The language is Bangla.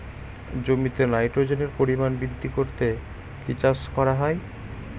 জমিতে নাইট্রোজেনের পরিমাণ বৃদ্ধি করতে কি চাষ করা হয়?